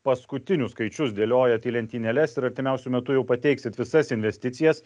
paskutinius skaičius dėliojat į lentynėles ir artimiausiu metu jau pateiksit visas investicijas